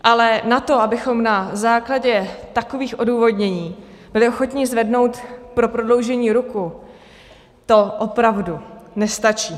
Ale na to, abychom na základě takových odůvodnění byli ochotni zvednout pro prodloužení ruku, to opravdu nestačí.